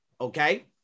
okay